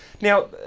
Now